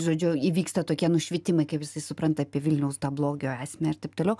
žodžiu įvyksta tokie nušvitimai kai visi supranta apie vilniaus tą blogio esmę ir taip toliau